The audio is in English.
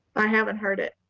i haven't heard it.